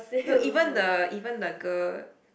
no even the even the girl